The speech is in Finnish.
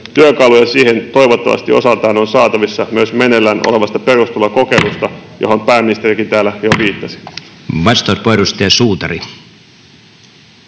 Työkaluja siihen toivottavasti osaltaan on saatavissa myös meneillään olevasta perustulokokeilusta, johon pääministerikin täällä jo viittasi. Arvoisa puhemies!